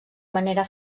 manera